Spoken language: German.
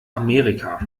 amerika